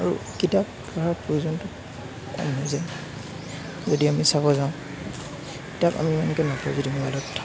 আৰু কিতাপ পঢ়াৰ প্ৰয়োজন যদি আমি চাব যাওঁ কিতাপ আমি এনেকৈ নপঢ়োঁ যিটো ম'বাইলত